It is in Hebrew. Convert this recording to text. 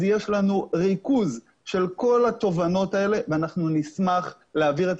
יש לנו ריכוז של כל התובנות האלה ואנחנו נשמח להעביר את